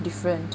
different